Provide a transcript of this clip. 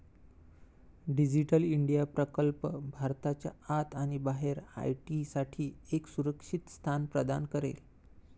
digital India प्रकल्प भारताच्या आत आणि बाहेर आय.टी साठी एक सुरक्षित स्थान प्रदान करेल